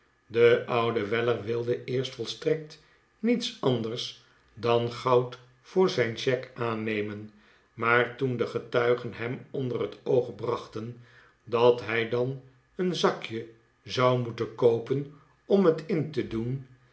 de oude weller wilde eerst volstrekt niets anders dan goud voor zijn cheque aannemen maar toen de getuigen hem onder het oog brachten dat hij dan een zakje zou moeten koopen om het in te doen